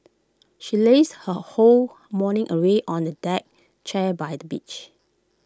she lazed her whole morning away on A deck chair by the beach